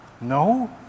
no